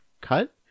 cut